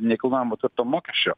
nekilnojamo turto mokesčio